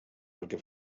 perquè